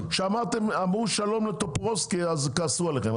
אמרו שלום לטופורובסקי, אז כעסו עליכם.